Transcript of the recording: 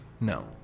No